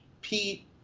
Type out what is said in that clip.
Pete